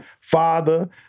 father